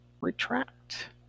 retract